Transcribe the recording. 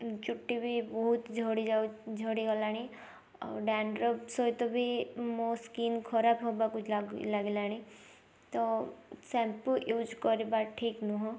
ଚୁଟି ବି ବହୁତ ଝଡ଼ିଯାଉ ଝଡ଼ିଗଲାଣି ଆଉ ଡ଼୍ୟାନ୍ଡ୍ରଫ୍ ସହିତ ବି ମୋ ସ୍କିନ୍ ଖରାପ ହେବାକୁ ଲାଗିଲାଣି ତ ସାମ୍ପୁ ୟୁଜ୍ କରିବା ଠିକ୍ ନୁହଁ